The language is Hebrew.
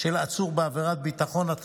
בעבירת ביטחון),